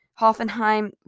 Hoffenheim